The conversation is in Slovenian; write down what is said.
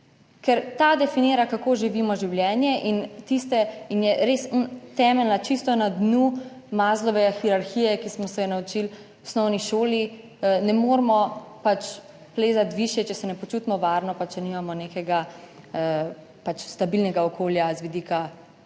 ker ta definira, kako živimo življenje in tiste, in je res temeljna, čisto na dnu Maslowe hierarhije, ki smo se jo naučili v osnovni šoli. Ne moremo pač plezati višje, če se ne počutimo varno pa če nimamo nekega stabilnega okolja z vidika hrane